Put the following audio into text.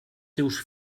teus